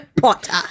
Potter